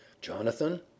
jonathan